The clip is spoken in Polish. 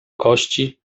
kości